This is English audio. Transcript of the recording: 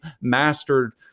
mastered